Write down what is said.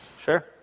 Sure